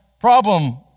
problem